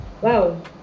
wow